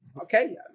okay